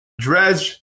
Dredge